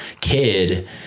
kid